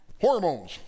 Hormones